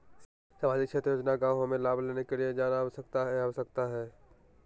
सामाजिक क्षेत्र योजना गांव हमें लाभ लेने के लिए जाना आवश्यकता है आवश्यकता है?